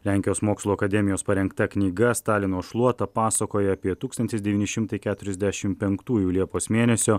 lenkijos mokslų akademijos parengta knyga stalino šluota pasakoja apie tūkstantis devyni šimtai keturiasdešim penktųjų liepos mėnesio